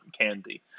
candy